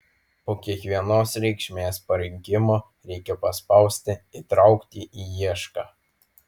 po kiekvienos reikšmės parinkimo reikia paspausti įtraukti į iešką